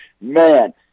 man